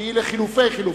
שהיא לחלופי חלופין.